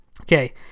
Okay